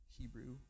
Hebrew